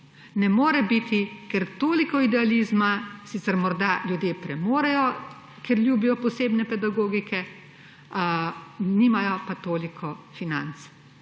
Ne more biti, ker toliko idealizma sicer morda ljudje premorejo, ker ljubijo posebne pedagogike, nimamo pa toliko financ,